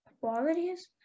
Qualities